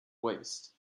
waist